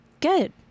Good